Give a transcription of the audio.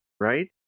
right